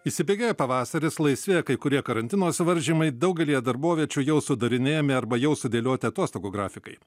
įsibėgėja pavasaris laisvėja kai kurie karantino suvaržymai daugelyje darboviečių jau sudarinėjami arba jau sudėlioti atostogų grafikai